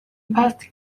past